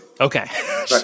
Okay